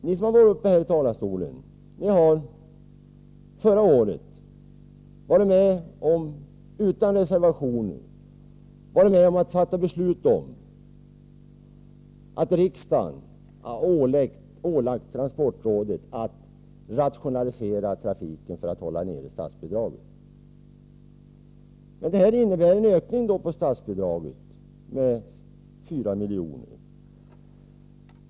Ni som nu har varit uppe i talarstolen var förra året utan reservationer med om att fatta beslut om att riksdagen skulle ålägga transportrådet att rationalisera trafiken för att hålla statsbidraget nere. Men detta förslag innebär en ökning av statsbidraget med 4 milj.kr.